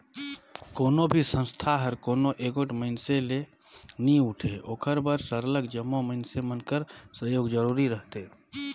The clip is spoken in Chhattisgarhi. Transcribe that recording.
कोनो भी संस्था हर कोनो एगोट मइनसे ले नी उठे ओकर बर सरलग जम्मो मइनसे मन कर सहयोग जरूरी रहथे